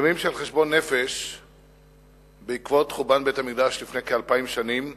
ימים של חשבון נפש בעקבות חורבן בית-המקדש לפני כאלפיים שנים,